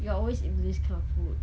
you are always into this kind of food